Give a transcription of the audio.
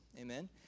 Amen